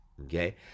Okay